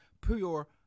pure